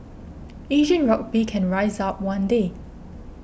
Asian rugby can rise up one day